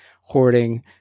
hoarding